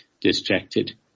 distracted